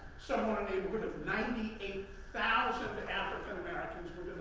so neighborhood of ninety eight thousand african americans